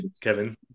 Kevin